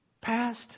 Past